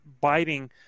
biting